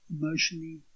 emotionally